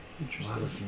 Interesting